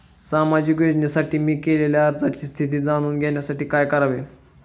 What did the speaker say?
सामाजिक योजनेसाठी मी केलेल्या अर्जाची स्थिती जाणून घेण्यासाठी काय करावे?